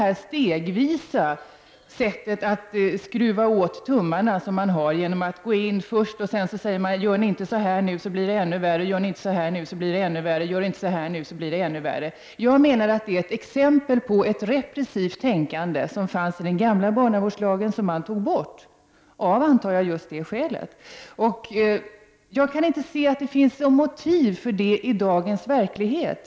Jag menar faktiskt att det är en skärpning. Det som Daniel Tarschys själv tar upp innebär en skärpning, ävenså det stegvisa sättet att skruva åt tummarna genom att säga: ”Gör ni inte så blir det ännu värre”, osv. Jag kan inte se att det finns något motiv för detta i dagens verklighet.